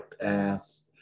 past